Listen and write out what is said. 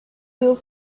yıl